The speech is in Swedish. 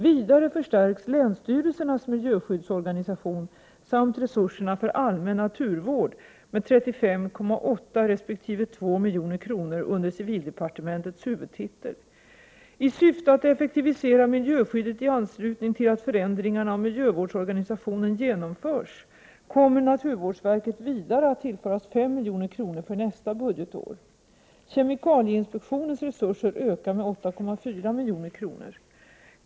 Vidare förstärks länsstyrelsernas miljöskyddsorganisation samt resurserna för allmän naturvård med 35,8 resp. 2 milj.kr. under civildepartementets huvudtitel. I syfte att effektivisera miljöskyddet i anslutning till att förändringarna av miljövårdsorganisationen genomförs, kommer naturvårdsverket vidare att tillföras 5 milj.kr. för nästa budgetår. Kemikalieinspektionens resurser ökar med 8,4 milj.kr.